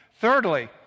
Thirdly